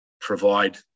provide